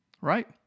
Right